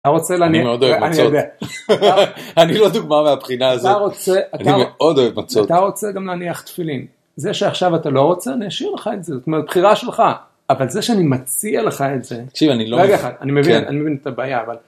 אתה רוצה להניח, אני מאוד אוהב מצות, אני לא דוגמא מהבחינה הזאת, אתה רוצה אתה, אני מאוד אוהב מצות, אתה רוצה גם להניח תפילין, זה שעכשיו אתה לא רוצה אני אשאיר לך את זה, זאת אומרת בחירה שלך, אבל זה שאני מציע לך את זה, אני מבין את הבעיה.